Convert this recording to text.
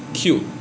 cute